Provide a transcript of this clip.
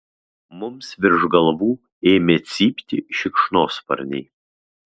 mums virš galvų ėmė cypti šikšnosparniai